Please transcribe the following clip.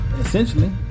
essentially